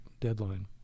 deadline